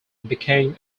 became